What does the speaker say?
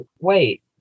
wait